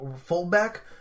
fullback